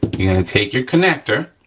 you're gonna take your connector,